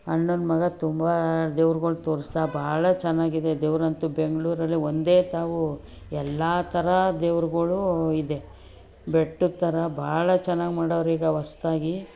ಅಣ್ಣನ ಮಗ ತುಂಬ ದೇವ್ರುಗಳು ತೋರಿಸಿದ ಭಾಳ ಚೆನ್ನಾಗಿದೆ ದೇವ್ರಂತೂ ಬೆಂಗಳೂರಲ್ಲಿ ಒಂದೇ ತಾವು ಎಲ್ಲ ಥರ ದೇವರುಗಳು ಇದೆ ಬೆಟ್ಟದ ಥರ ಭಾಳ ಚೆನ್ನಾಗಿ ಮಾಡವ್ರೆ ಈಗ ಹೊಸ್ದಾಗಿ